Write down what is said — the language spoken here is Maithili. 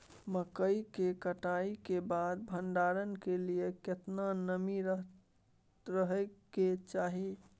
मकई के कटाई के बाद भंडारन के लिए केतना नमी रहै के चाही?